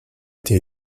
été